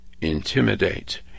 intimidate